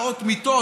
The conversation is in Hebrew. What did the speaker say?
חסרות מאות מיטות,